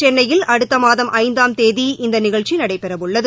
சென்னையில் அடுத்த மாதம் ஐந்தாம் தேதி இநத நிகழ்ச்சி நடைபெறவுள்ளது